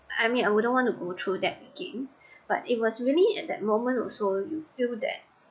I mean I wouldn't want to go through that again but it was really at that moment you were so you feel that